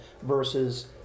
versus